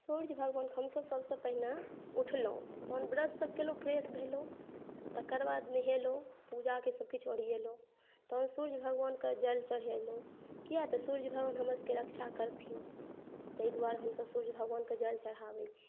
सूर्य भगवान हमसभ सभसे पहिने उठलहुॅं अपन ब्रशसभ केलहुँ फ़्रेश भेलहुँ तकर बाद नहेलहुँ पूजाके सभ किछु ओरियलहुँ तऽ सूर्य भगवानके जल चढ़ेलहुँ किया तऽ सूर्य भगवान हमरसभके रक्षा करथिन तैं दुआरे हमसभ सूर्य भगवानके जल चढ़ाबै छी